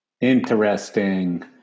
Interesting